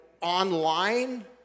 online